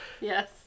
Yes